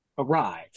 arrive